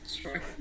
sure